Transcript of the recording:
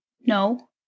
No